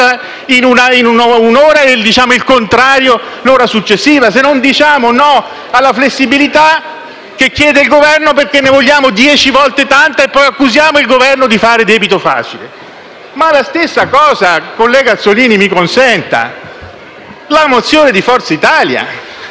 ad una certa ora e il contrario un'ora dopo, se non diciamo no alla flessibilità che chiede il Governo perché ne vogliamo dieci volte tanto e poi accusiamo il Governo di fare debito facile. Ma la stessa cosa, collega Azzollini, mi consenta, vale per la risoluzione di Forza Italia.